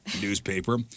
newspaper